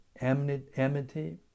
amity